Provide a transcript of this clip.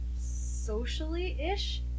Socially-ish